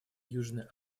южная